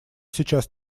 сейчас